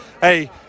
Hey